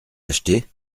acheté